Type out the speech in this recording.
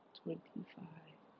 twenty-five